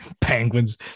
penguins